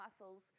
muscles